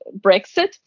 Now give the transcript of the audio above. Brexit